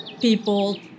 people